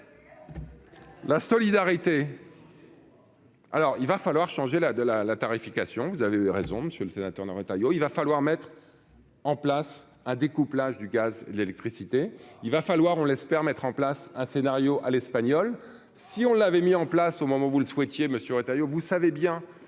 la solidarité. Alors il va falloir changer la de la la tarification, vous avez raison, Monsieur le Sénateur Retailleau il va falloir mettre en place un découplage du gaz et l'électricité, il va falloir, on l'espère mettre en place un scénario à l'espagnole, si on l'avait mis en place au moment où vous le souhaitiez monsieur Retailleau, vous savez bien